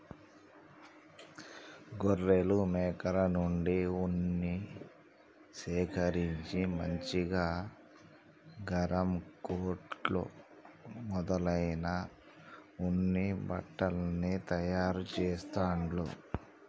గొర్రెలు మేకల నుండి ఉన్నిని సేకరించి మంచిగా గరం కోట్లు మొదలైన ఉన్ని బట్టల్ని తయారు చెస్తాండ్లు